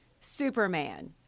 Superman